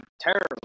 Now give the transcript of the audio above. terrible